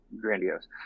grandiose